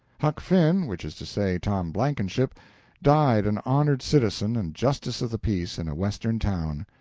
huck finn which is to say, tom blankenship died an honored citizen and justice of the peace in a western town.